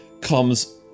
comes